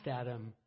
Adam